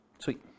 Sweet